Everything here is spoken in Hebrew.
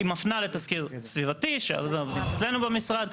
היא מפנה לתזכיר סביבתי שהוא אצלנו במשרד,